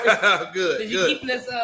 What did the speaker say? good